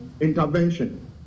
intervention